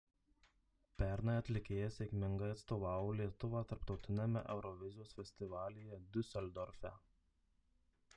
pernai atlikėja sėkmingai atstovavo lietuvą tarptautiniame eurovizijos festivalyje diuseldorfe